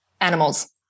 animals